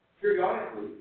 periodically